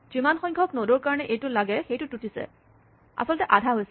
যিমান সংখ্যক নড ৰ কাৰণে এইটো লাগে সেইটো তুতিছে আচলতে আধা হৈ গৈছে